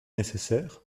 nécessaires